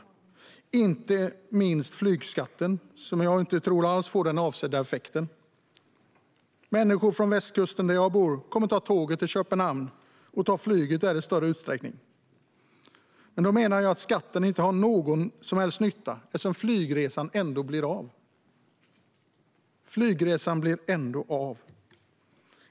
Det gäller inte minst flygskatten, som jag inte alls tror får den avsedda effekten. Människor från västkusten, där jag bor, kommer att i större utsträckning ta tåget till Köpenhamn och ta flyget där. Då har skatten inte gjort någon som helst nytta, eftersom flygresan ändå blir av. Flygresan blir ändå av.